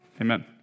Amen